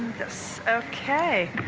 yes okay